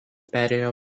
perėjo